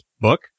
book